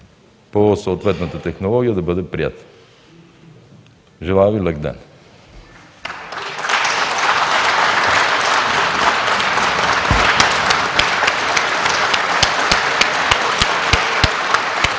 по съответната технология да бъде приета. Желая Ви лек ден!